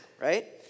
right